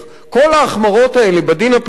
כל ההחמרות האלה בדין הפלילי,